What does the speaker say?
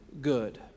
good